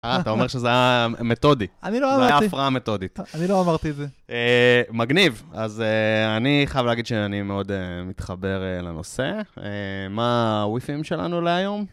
אתה אומר שזה היה מתודי, זה היה הפרעה מתודית. אני לא אמרתי את זה. מגניב. אז אני חייב להגיד שאני מאוד מתחבר לנושא. מה הוויפים שלנו להיום?